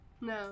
No